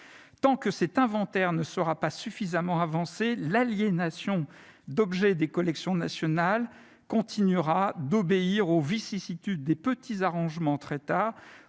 Tant que cet inventaire ne sera pas suffisamment avancé, l'aliénation d'objets des collections nationales continuera d'obéir aux vicissitudes des petits arrangements entre États,